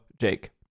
Jake